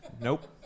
Nope